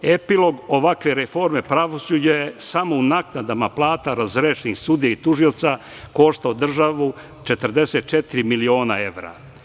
Epilog ovakve reforme pravosuđa je samo u naknadama plata razrešenih sudija i tužioca koštao državu 44 miliona evra.